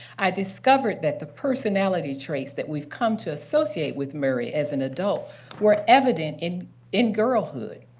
i discovered that the personality traits that we've come to associate with murray as an adult were evident in in girlhood.